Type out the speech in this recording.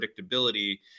predictability